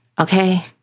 okay